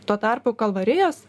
tuo tarpu kalvarijos